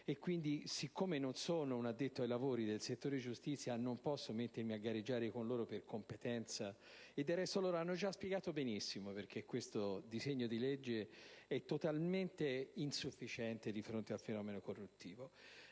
e siccome non sono un addetto ai lavori del settore giustizia non posso mettermi a gareggiare per competenza con loro che, peraltro, hanno già spiegato benissimo perché questo disegno di legge è completamente insufficiente rispetto al fenomeno corruttivo.